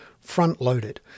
front-loaded